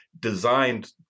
designed